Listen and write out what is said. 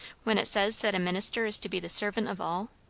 when it says that a minister is to be the servant of all!